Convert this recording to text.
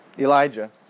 Elijah